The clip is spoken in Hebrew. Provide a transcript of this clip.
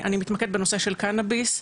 אני אתמקד בנושא של קנאביס,